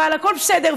אבל הכול בסדר.